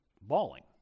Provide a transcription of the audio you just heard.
bawling